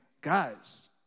guys